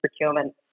procurement